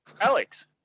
Alex